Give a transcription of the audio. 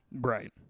Right